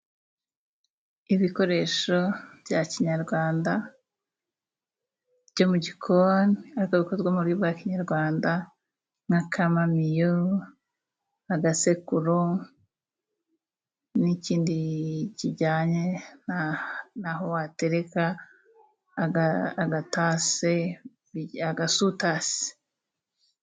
Ibikoresho bya kinyarwanda byo mu gikoni bikaba bikozwe mu buryo bwa kinyarwanda nk' akamamiyo, agasekuro, n'ikindi kijyanye n'aho watereka agatase, agasutasi.